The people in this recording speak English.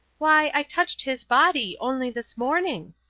why, i touched his body only this morning.